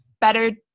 better